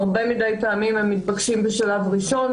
פעמים רבות מדי הם מתבקשים בשלב ראשון,